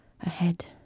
ahead